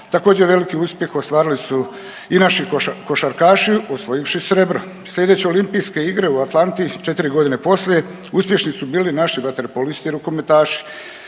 Također velik uspjeh ostvarili su i naši košarkaši osvojivši srebro. Sljedeće Olimpijske igre u Atlanti četiri godine poslije uspješni su bili naši vaterpolisti rukometaši.